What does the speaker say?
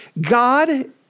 God